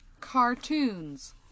Cartoons